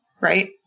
Right